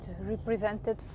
represented